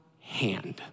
hand